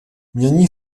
mění